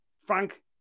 Frank